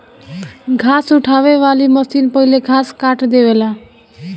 घास उठावे वाली मशीन पहिले घास काट देवेला